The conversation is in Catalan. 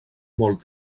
molt